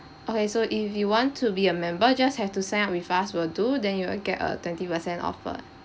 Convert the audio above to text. okay so if you want to be a member just have to sign up with us will do then you will get a twenty percent offer